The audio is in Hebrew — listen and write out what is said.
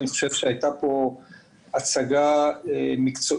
אני חושב שהייתה פה הצגה מקצועית,